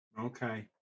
Okay